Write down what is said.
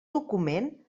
document